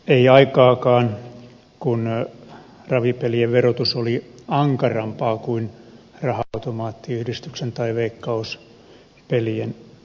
ei aikaakaan kun ravipelien verotus oli ankarampaa kuin raha automaattiyhdistyksen tai veikkaus pelien arpajaisverotaso